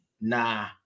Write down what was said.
Nah